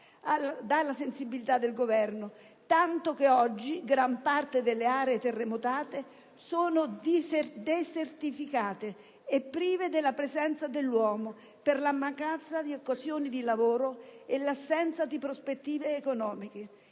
la sensibilità del Governo. Da ciò deriva che gran parte delle aree terremotate risultano desertificate e prive della presenza dell'uomo per la mancanza di occasioni di lavoro e l'assenza di prospettive economiche.